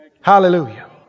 Hallelujah